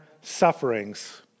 sufferings